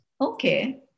Okay